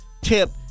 tip